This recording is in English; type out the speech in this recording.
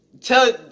Tell